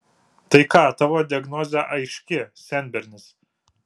tai ką tavo diagnozė aiški senbernis